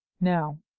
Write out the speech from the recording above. now